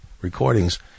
recordings